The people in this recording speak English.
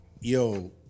yo